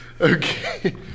Okay